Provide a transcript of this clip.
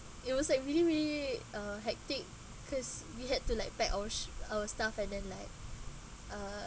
it was like really really uh hectic because we had to like pack our our stuff and then like uh